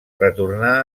retornà